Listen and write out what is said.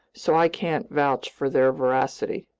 so i can't vouch for their voracity.